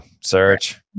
search